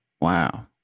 Wow